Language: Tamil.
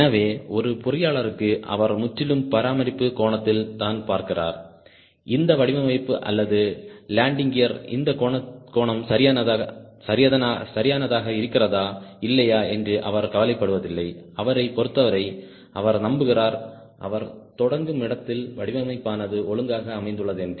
எனவே ஒரு பொறியாளருக்கு அவர் முற்றிலும் பராமரிப்பு கோணத்தில் தான் பார்க்கிறார் இந்த வடிவமைப்பு அல்லது லேண்டிங் கியரின் இந்த கோணம்சரியானதாக இருக்கிறதா இல்லையா என்று அவர் கவலைப்படுவதில்லை அவரைப் பொறுத்தவரை அவர் நம்புகிறார் அவர் தொடங்கும் இடத்தில் வடிவமைப்பானது ஒழுங்காக அமைந்துள்ளது என்று